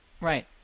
Right